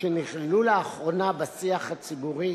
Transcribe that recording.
שנכללו לאחרונה בשיח הציבורי